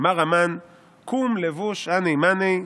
אמר המן, "קום לבוש הני מאני"